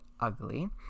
ugly